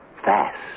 fast